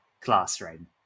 classroom